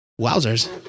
Wowzers